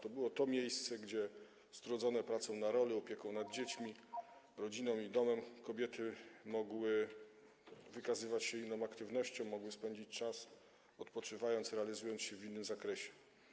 To było to miejsce, gdzie strudzone pracą na roli, opieką nad dziećmi, rodziną i domem kobiety mogły wykazywać się inną aktywnością, mogły spędzić czas odpoczywając, realizując się w innym zakresie.